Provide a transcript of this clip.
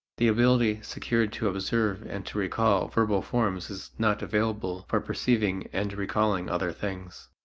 the ability secured to observe and to recall verbal forms is not available for perceiving and recalling other things.